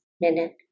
minute